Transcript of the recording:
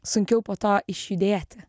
sunkiau po to išjudėti